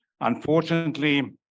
Unfortunately